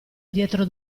dietro